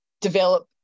develop